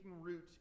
root